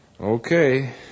Okay